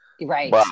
Right